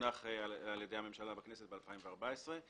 שהונח על ידי הממשלה בכנסת בשנת 2014,